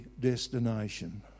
destination